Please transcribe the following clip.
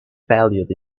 valued